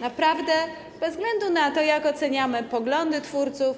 Naprawdę bez względu na to, jak oceniamy poglądy twórców,